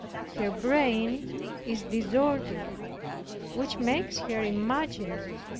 her brain is disordered which makes her imagine it.